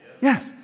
Yes